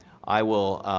i will